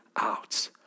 out